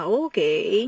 okay